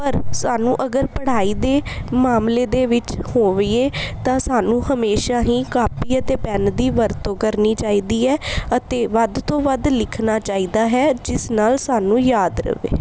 ਪਰ ਸਾਨੂੰ ਅਗਰ ਪੜ੍ਹਾਈ ਦੇ ਮਾਮਲੇ ਦੇ ਵਿੱਚ ਹੋਵੇ ਤਾਂ ਸਾਨੂੰ ਹਮੇਸ਼ਾ ਹੀ ਕਾਪੀ ਅਤੇ ਪੈਨ ਦੀ ਵਰਤੋਂ ਕਰਨੀ ਚਾਹੀਦੀ ਹੈ ਅਤੇ ਵੱਧ ਤੋਂ ਵੱਧ ਲਿਖਣਾ ਚਾਹੀਦਾ ਹੈ ਜਿਸ ਨਾਲ ਸਾਨੂੰ ਯਾਦ ਰਹੇ